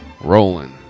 rolling